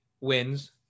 wins